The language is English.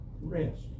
rest